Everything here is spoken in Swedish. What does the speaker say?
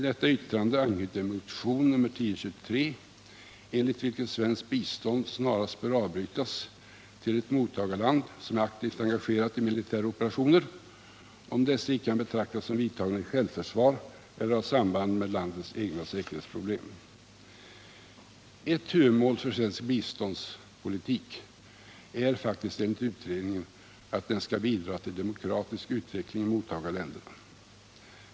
Detta yttrande anknyter till motion nr 1023, enligt vilken svenskt bistånd snarast bör avbrytas till ett mottagarland, som är aktivt engagerat i militära operationer, om dessa icke kan betraktas som vidtagna i självförsvar eller har samband med landets egna säkerhetsproblem. Ett huvudmål för svensk biståndspolitik är enligt utredningen att den skall bidra till demokratisk utveckling i mottagarländerna.